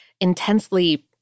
intensely